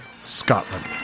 Scotland